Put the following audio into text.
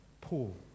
Paul